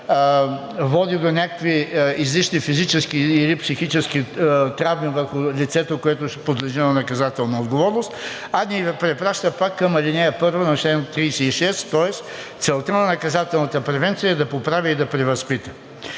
води до някакви излишни физически или психически травми върху лицето, което подлежи на наказателна отговорност, а ни препраща пак към ал. 1 на чл. 36, тоест целта на наказателната превенция е да поправи и превъзпита.